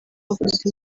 bavuza